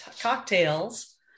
cocktails